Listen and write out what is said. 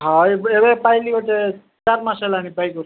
ହଁ ଏ ଏବେ ପାଇଲିି ଗୋଟେ ଚାରି ମାସ ହେଲାଣିି ପାଇଗଲି